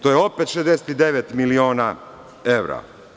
To je opet 69 miliona evra.